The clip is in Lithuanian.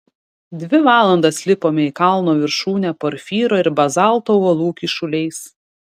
dvi valandas lipome į kalno viršūnę porfyro ir bazalto uolų kyšuliais